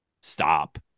Stop